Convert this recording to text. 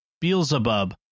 Beelzebub